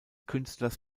künstlers